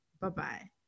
Bye-bye